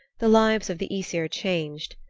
the lives of the aesir changed.